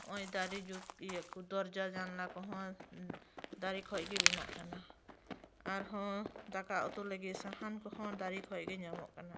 ᱦᱚᱜ ᱚᱭ ᱫᱟᱨᱮ ᱡᱩᱛ ᱤᱭᱟᱹ ᱫᱚᱨᱡᱟ ᱡᱟᱱᱟᱞᱟ ᱠᱚᱦᱚᱸ ᱫᱟᱨᱮ ᱠᱷᱚᱡ ᱜᱮ ᱵᱮᱱᱟᱜ ᱠᱟᱱᱟ ᱟᱨᱦᱚᱸ ᱫᱟᱠᱟ ᱩᱛᱩ ᱞᱟᱹᱜᱤᱫ ᱥᱟᱦᱟᱱ ᱠᱚᱦᱚᱸ ᱫᱟᱨᱮ ᱠᱷᱚᱡ ᱜᱮ ᱧᱟᱢᱚᱜ ᱠᱟᱱᱟ